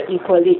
equally